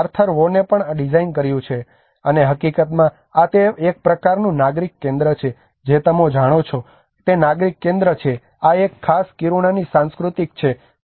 Arthur વોને પણ આ ડિઝાઇન કર્યું છે અને હકીકતમાં આ તે એક પ્રકારનું નાગરિક કેન્દ્ર છે જે તમે જાણો છો તે નાગરિક કેન્દ્ર છે આ એક આ ખાસ કિરુણાની સાંસ્કૃતિક ઈમેજ છે